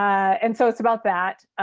and so it's about that.